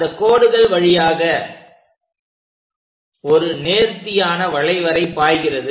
அந்தக் கோடுகள் வழியாக ஒரு நேர்த்தியான வளைவரை பாய்கிறது